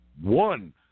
One